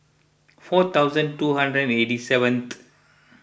four thousand two hundred and eighty seventh